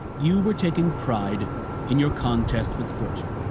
you were taking pride in your contest with fortune.